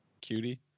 Cutie